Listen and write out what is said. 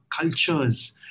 cultures